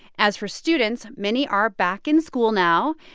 as for students, many are back in school now.